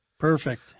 Perfect